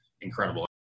incredible